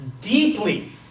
deeply